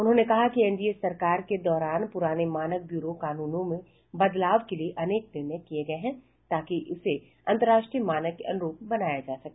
उन्होंने कहा कि एनडीए सरकार के दौरान पुराने मानक ब्यूरो कानूनो में बदलाव के लिए अनेक निर्णय किये गये हैं ताकि उसे अंतरराष्ट्रीय मानक के अनुरुप बनाया जा सके